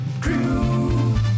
Crew